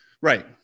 right